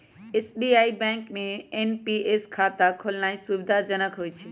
SBI bank में NPS खता खोलेनाइ सुविधाजनक होइ छइ